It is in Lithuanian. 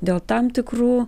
dėl tam tikrų